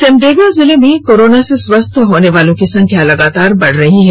सिमडेगा जिले में कोरोना से स्वस्थ होने वालों की संख्या लगातार बढ़ रही है